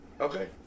Okay